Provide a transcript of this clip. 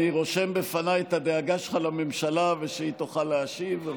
אני רושם בפניי את הדאגה שלך לממשלה ושהיא תוכל להשיב.